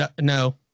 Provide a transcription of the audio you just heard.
No